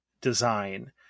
design